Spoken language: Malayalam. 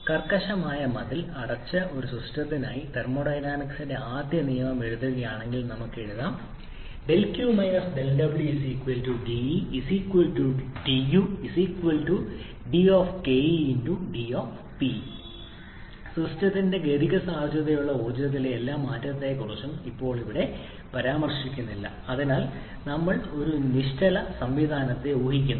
കർക്കശമായ മതിൽ അടച്ച ഒരു സിസ്റ്റത്തിനായി തെർമോഡൈനാമിക്സിന്റെ ആദ്യ നിയമം എഴുതുകയാണെങ്കിൽ നമുക്ക് എഴുതാം 𝛿𝑄 𝛿𝑊 𝑑𝐸 𝑑𝑈 𝑑𝐾𝐸 𝑑𝑃𝐸 സിസ്റ്റത്തിന്റെ ഗതിക സാധ്യതയുള്ള in ർജ്ജത്തിലെ എല്ലാ മാറ്റങ്ങളെക്കുറിച്ചും ഇപ്പോൾ ഇവിടെ പരാമർശമില്ല അതിനാൽ ഞങ്ങൾ ഒരു നിശ്ചല സംവിധാനത്തെ ഊഹിക്കുന്നു